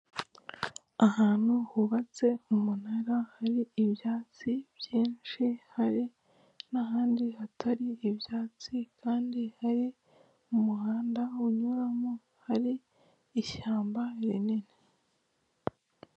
Ahantu hubatse umunara hari ibyatsi byinshi hari n'ahandi hatari ibyatsi kandi hari umuhanda unyuramo, hari ishyamba rinini.